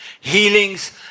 healings